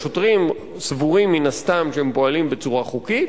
השוטרים סבורים מן הסתם שהם פועלים בצורה חוקית,